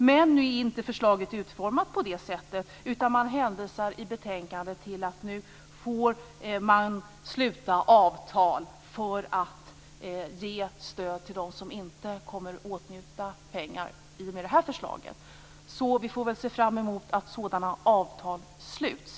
Men nu är inte förslaget utformat på det sättet, utan man hänvisar i betänkandet till att man nu får sluta avtal för att ge stöd till dem som inte kommer att åtnjuta pengar i och med det här förslaget. Vi får väl se fram emot att sådana avtal sluts.